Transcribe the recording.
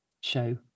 show